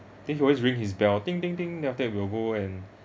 then he will always ring his bell then after that we will go and